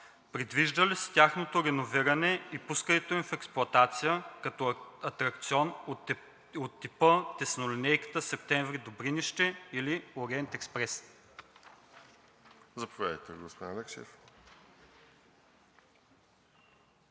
Предвижда ли се тяхното реновиране и пускането им в експлоатация като атракцион от типа теснолинейката Септември –Добринище или Ориент експрес?